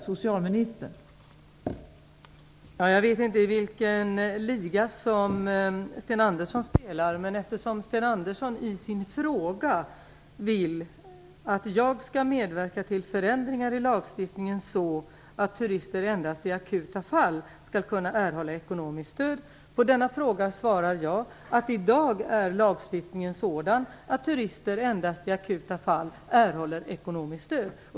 Fru talman! Jag vet inte vilken liga Sten Andersson spelar i. Men eftersom Sten Andersson i sin fråga uttrycker att han vill att jag skall medverka till förändringar i lagstiftningen, så att turister endast i akuta fall skall kunna erhålla ekonomiskt stöd, svarar jag att lagstiftningen i dag är sådan att turister endast i akuta fall erhåller ekonomiskt stöd.